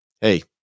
hey